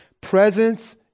presence